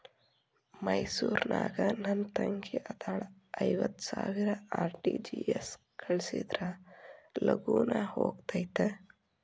ಮೈಸೂರ್ ನಾಗ ನನ್ ತಂಗಿ ಅದಾಳ ಐವತ್ ಸಾವಿರ ಆರ್.ಟಿ.ಜಿ.ಎಸ್ ಕಳ್ಸಿದ್ರಾ ಲಗೂನ ಹೋಗತೈತ?